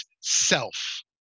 self